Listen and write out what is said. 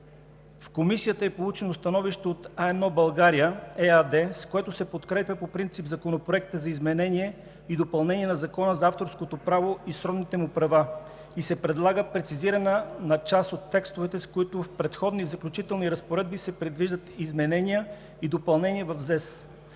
В Комисията е получено становище от „А1 България“ ЕАД, с което се подкрепя по принцип Законопроекта за изменение и допълнение на Закона за авторското право и сродните му права и се предлага прецизиране на част от текстовете, с които в Преходни и заключителни разпоредби се предвиждат изменения и допълнения в